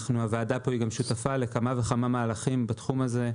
הוועדה פה שותפה לכמה וכמה מהלכים בתחום הזה,